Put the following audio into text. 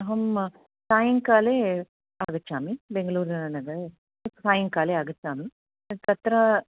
अहं सायङ्काले आगच्छामि बेङ्गलूरुनगरे सायङ्काले आगच्छामि तत्र